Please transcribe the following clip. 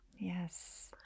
yes